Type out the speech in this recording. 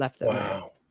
Wow